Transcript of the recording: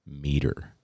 Meter